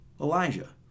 Elijah